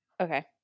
okay